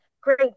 great